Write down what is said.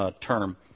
term